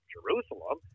Jerusalem